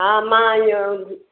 हा मां इएं